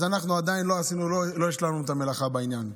אז אנחנו לא השלמנו את המלאכה בעניין.